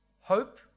hope